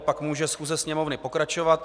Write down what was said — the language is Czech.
Pak může schůze Sněmovny pokračovat.